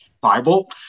Bible